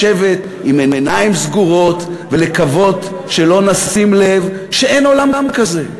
לשבת עם עיניים סגורות ולקוות שלא נשים לב שאין עולם כזה.